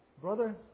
Brother